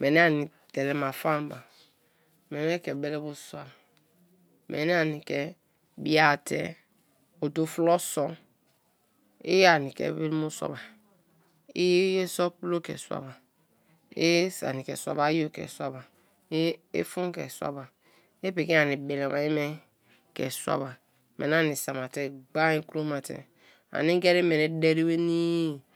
meni ani telema faan ba meni ke bele bu sua meni ani ke biate odo flo sor, ani ke bele-bo suaba, i-ye so pulo ke suaba, i sanike suaba, i yo ke suaba; i fun ke suaba, i piki ani bele ma-ye me ke suaba meni ani se ma te gbain kro me te ani ngeri meni dere nwenii.